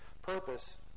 purpose